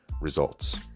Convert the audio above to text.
results